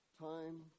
Time